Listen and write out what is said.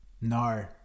No